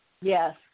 Yes